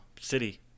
City